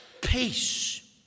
peace